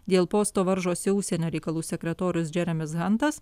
dėl posto varžosi užsienio reikalų sekretorius džeremis hantas